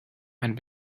and